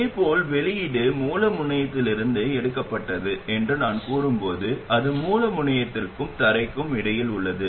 இதேபோல் வெளியீடு மூல முனையத்திலிருந்து எடுக்கப்பட்டது என்று நான் கூறும்போது அது மூல முனையத்திற்கும் தரைக்கும் இடையில் உள்ளது